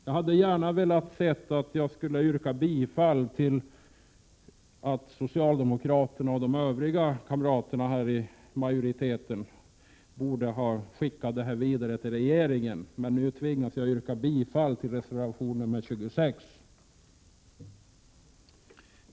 Jag hade gärna sett att socialdemokraterna och de övriga kamraterna i utskottsmajoriteten hade skickat det här vidare till regeringen. Nu tvingas jag yrka bifall till reservation 26.